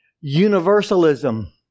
universalism